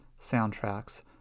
soundtracks